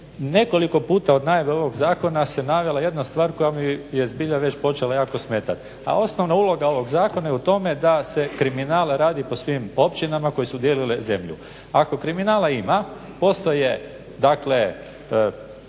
nekoliko puta od najave ovog zakona se navela jedna stvar koja mi je zbilja već počela jako smetati. A osnovna uloga ovoga zakona je u tome da se kriminal radi po svim općinama koje su dijelile zemlju. Ako kriminala ima postoje dakle